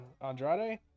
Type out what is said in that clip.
Andrade